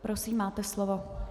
Prosím, máte slovo.